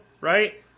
right